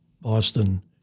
Boston